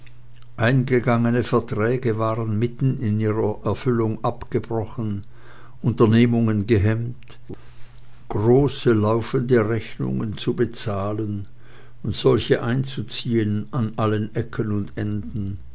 eingegangene verträge waren mitten in ihrer erfüllung abgebrochen unternehmungen gehemmt große laufende rechnungen zu bezahlen und solche einzuziehen an allen ecken und enden